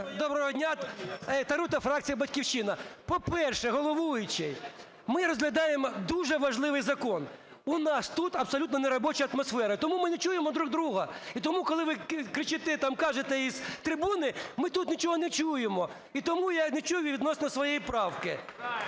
Доброго дня! Тарута, фракція "Батьківщина". По-перше, головуючий, ми розглядаємо дуже важливий закон – у нас тут абсолютно неробоча атмосфера. Тому ми не чуємо друг друга, і тому, коли ви кричите там, кажете з трибуни, ми тут нічого не чуємо. І тому я не чув і відносно своєї правки.